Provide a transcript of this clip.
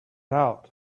out